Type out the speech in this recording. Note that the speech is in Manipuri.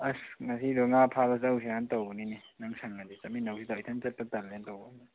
ꯑꯁ ꯉꯁꯤꯗꯣ ꯉꯥ ꯐꯥꯕ ꯆꯎꯁꯤꯔꯅ ꯇꯧꯕꯅꯤꯅꯦ ꯅꯪ ꯁꯪꯉꯗꯤ ꯆꯠꯃꯤꯟꯅꯧꯁꯤꯗꯣ ꯏꯊꯟꯇ ꯆꯠꯄ ꯇꯜꯂꯦꯅ ꯇꯧꯕ